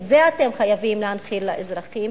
את זה אתם חייבים להנחיל לאזרחים,